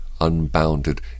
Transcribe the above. unbounded